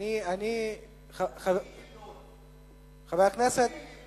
מהשטחים, חבר הכנסת כץ,